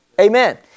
Amen